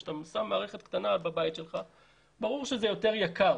כששמים מערכת קטנה בבית פרטי ברור שזה יותר יקר.